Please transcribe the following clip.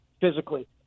physically